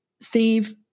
Steve